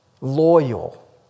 loyal